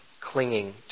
clinging